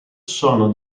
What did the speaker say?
sono